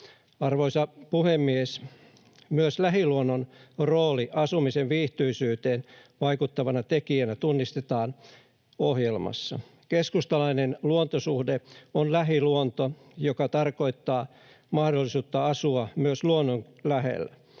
Arvoisa puhemies! Myös lähiluonnon rooli asumisen viihtyisyyteen vaikuttavana tekijänä tunnistetaan ohjelmassa. Keskustalainen luontosuhde on lähiluonto, joka tarkoittaa mahdollisuutta asua myös luonnon lähellä,